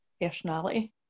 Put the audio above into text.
personality